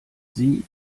sie